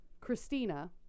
Christina